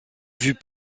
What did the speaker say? vue